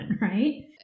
right